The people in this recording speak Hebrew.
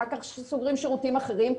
אחר כך סוגרים שירותים אחרים,